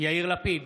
יאיר לפיד,